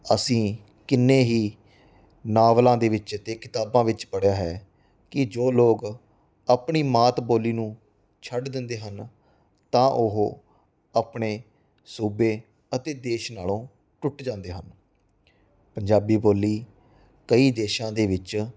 ਅਸੀਂ ਕਿੰਨੇ ਹੀ ਨਾਵਲਾਂ ਦੇ ਵਿੱਚ ਅਤੇ ਕਿਤਾਬਾਂ ਵਿੱਚ ਪੜ੍ਹਿਆ ਹੈ ਕਿ ਜੋ ਲੋਕ ਆਪਣੀ ਮਾਤ ਬੋਲੀ ਨੂੰ ਛੱਡ ਦਿੰਦੇ ਹਨ ਤਾਂ ਉਹ ਆਪਣੇ ਸੂਬੇ ਅਤੇ ਦੇਸ਼ ਨਾਲੋਂ ਟੁੱਟ ਜਾਂਦੇ ਹਨ ਪੰਜਾਬੀ ਬੋਲੀ ਕਈ ਦੇਸ਼ਾ ਦੇ ਵਿਚ